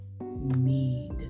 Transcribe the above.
need